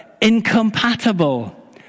incompatible